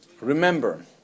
Remember